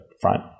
front